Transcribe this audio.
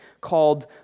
called